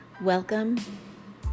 welcome